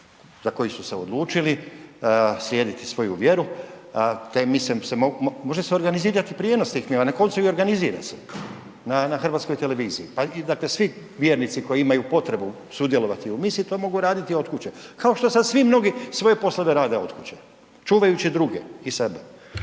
za koji su se odlučili, slijediti svoju vjeru. Može se organizirati prijenos tih misa, na koncu i organizira se na HRT-u, dakle i svi vjernici koji imaju potrebu sudjelovati u misi to mogu raditi od kuće, kao što sada svi mnogi svoje poslove rade od kuće, čuvajući druge i sebe.